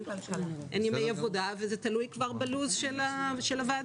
אין ימי עבודה וזה תלוי כבר בלו"ז של הוועדה.